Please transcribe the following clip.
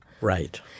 Right